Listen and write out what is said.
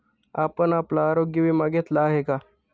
आपण आपला आरोग्य विमा घेतला आहे का?